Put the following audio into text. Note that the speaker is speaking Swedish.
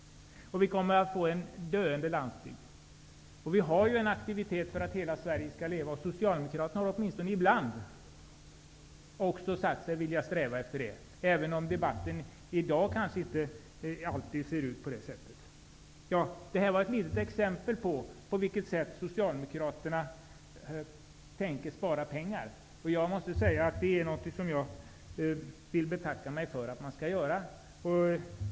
Vi kommer att få en döende landsbygd. Vi har ju en aktivitet för att hela Sverige skall leva. Socialdemokraterna har åtminstone ibland sagt sig vilja sträva efter det, även om debatten i dag kanske inte alltid visar det. Detta var ett litet exempel på hur Socialdemokraterna tänker spara pengar. Det är något som jag vill betacka mig för.